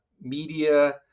media